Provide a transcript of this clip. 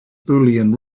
boolean